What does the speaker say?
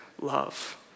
love